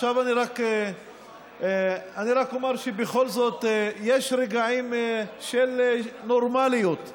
עכשיו אני רק אומר שבכל זאת יש רגעים של נורמליות בכנסת.